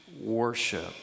worship